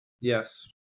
Yes